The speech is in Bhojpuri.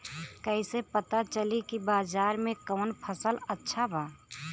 कैसे पता चली की बाजार में कवन फसल अच्छा बा?